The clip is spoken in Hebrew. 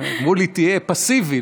אמרו לי: תהיה פסיבי,